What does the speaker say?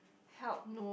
help